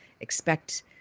expect